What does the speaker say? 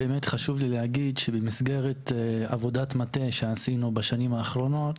באמת חשוב לי להגיד שבמסגרת עבודת מטה שעשינו בשנים האחרונות,